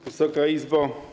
Wysoka Izbo!